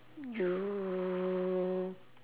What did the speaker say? you